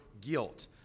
guilt